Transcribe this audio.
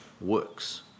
works